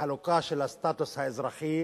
לחלוקה של הסטטוס האזרחי